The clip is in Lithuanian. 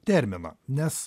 termino nes